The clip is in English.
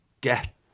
get